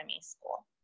school